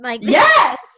Yes